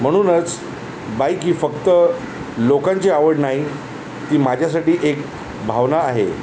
म्हणूनच बाईक ही फक्त लोकांची आवड नाही ती माझ्यासाठी एक भावना आहे